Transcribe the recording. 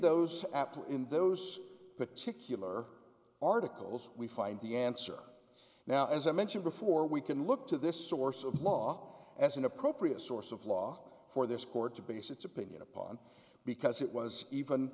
those apt in those particular articles we find the answer now as i mentioned before we can look to this source of law as an appropriate source of law for this court to base its opinion upon because it was even